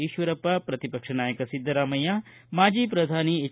ಈಶ್ವರಪ್ಪ ಪ್ರತಿಪಕ್ಷ ನಾಯಕ ಸಿದ್ದರಾಮಯ್ಯ ಮಾಜಿ ಪ್ರಧಾನಿ ಎಚ್